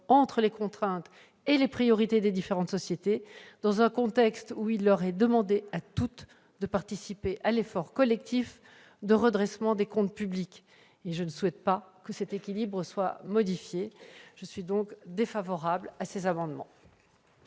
entre les contraintes et les priorités des différentes sociétés dans un contexte où il leur est demandé à toutes de participer à l'effort collectif de redressement des comptes publics. Je ne souhaite pas que cet équilibre soit modifié. Pour l'ensemble de ces raisons,